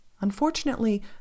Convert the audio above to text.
Unfortunately